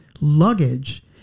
luggage